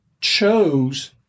chose